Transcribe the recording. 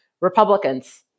Republicans